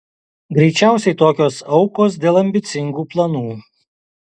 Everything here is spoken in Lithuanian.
greičiausiai tokios aukos dėl ambicingų planų